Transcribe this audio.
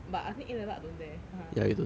but I think A level I don't dare